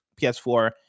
PS4